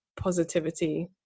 Positivity